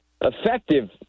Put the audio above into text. effective